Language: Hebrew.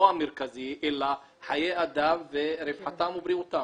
המרכזי אלא חיי אדם ורווחתם ובריאותם.